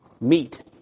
Meat